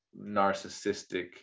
narcissistic